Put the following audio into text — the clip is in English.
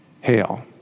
hail